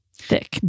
Thick